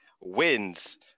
wins